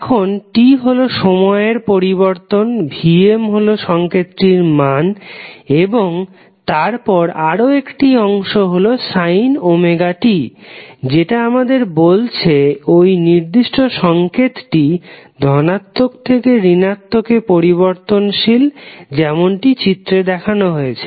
এখন t হলো সময়ের পরিবর্তন Vm হলো সংকেতটির মান এবং তার পর আরও একটা অংশ হলো sin ωt যেটা আমাদের বলছে ওই নির্দিষ্ট সংকেতটি ধনাত্মক থেকে ঋণাত্মক এ পরিবর্তনশীল যেমনটি চিত্রে দেখানো হয়েছে